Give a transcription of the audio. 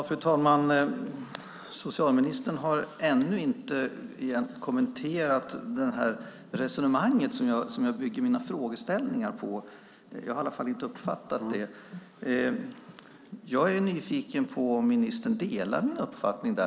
Fru talman! Socialministern har ännu inte egentligen kommenterat det resonemang som jag bygger mina frågeställningar på. Jag har i alla fall inte uppfattat det. Jag är nyfiken på om ministern delar min uppfattning.